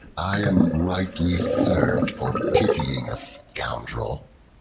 i am rightly served for pitying a scoundrel.